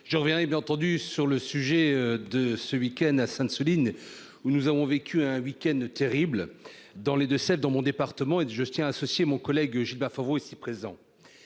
je reviens et bien entendu sur le sujet de ce week-end à Sainte-Soline où nous avons vécu un week-end terrible dans les 2 Sèvres, dans mon département et je tiens à associer mon collègue Gilbert Favreau ici présent,